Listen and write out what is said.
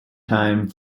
time